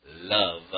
love